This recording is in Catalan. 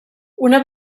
una